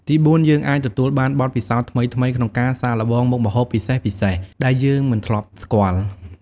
ទីបួន យើងអាចទទួលបាន បទពិសោធន៍ថ្មីៗ ក្នុងការសាកល្បងមុខម្ហូបពិសេសៗដែលយើងមិនធ្លាប់ស្គាល់។